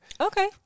Okay